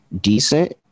decent